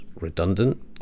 redundant